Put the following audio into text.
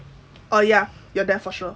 oh ya you are there for sure